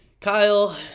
Kyle